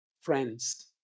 Friends